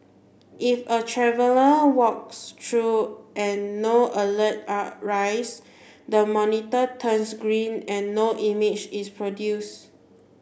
if a traveller walks through and no alerts are raised the monitor turns green and no image is produced